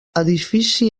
edifici